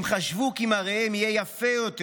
הם חשבו כי מראיהם יהיה יפה יותר,